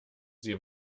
sie